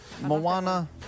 Moana